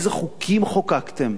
איזה חוקים חוקקתם?